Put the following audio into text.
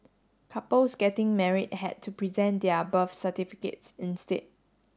couples getting married had to present their birth certificates instead